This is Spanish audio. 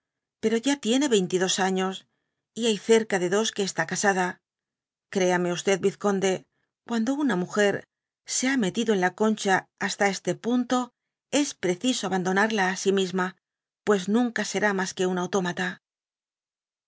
pero ya tiene veinte y dos años y hay cerca de dos que está casada créame vizconde cuando una mager se ha metido en la concha hasta este punto es preciso abandonarla á si misma pues nunca será mas que un autómata